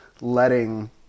letting